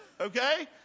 Okay